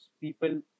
People